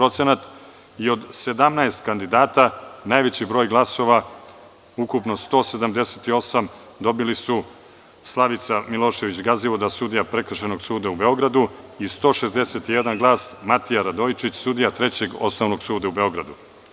Od 17 kandidata, najveći broj glasova, ukupno 178, dobili su Slavica Milošević Gazivoda, sudija Prekršajnog suda u Beogradu i 161 glas Matija Radojičić, sudija Trećeg osnovnog suda u Beogradu.